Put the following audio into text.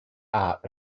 art